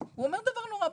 הוא אומר דבר מאוד פשוט: